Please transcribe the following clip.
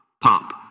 pop